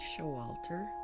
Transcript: Showalter